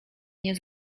nie